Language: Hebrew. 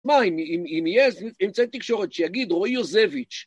מה, אם יהיה אמצעי תקשורת שיגיד רועי יוזביץ